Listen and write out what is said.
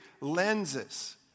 lenses